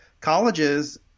colleges